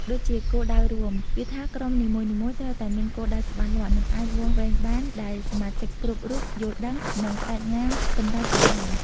ដូចជាគោលដៅរួម គឺថាក្រុមនីមួយៗត្រូវតែមានគោលដៅច្បាស់លាស់ និងអាចវាស់វែងបាន ដែលសមាជិកគ្រប់រូបយល់ដឹង និងប្តេជ្ញាសម្រេចឱ្យបាន។